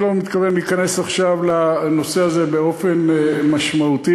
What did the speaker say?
אני לא מתכוון להיכנס עכשיו לנושא הזה באופן משמעותי.